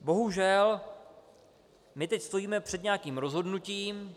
Bohužel, my teď stojíme před nějakým rozhodnutím.